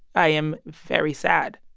i am very sad.